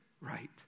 right